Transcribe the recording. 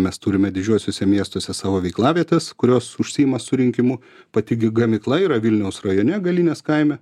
mes turime didžiuosiuose miestuose savo veiklavietas kurios užsiima surinkimu pati gamykla yra vilniaus rajone galinės kaime